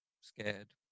scared